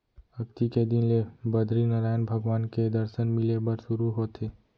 अक्ती के दिन ले बदरीनरायन भगवान के दरसन मिले बर सुरू होथे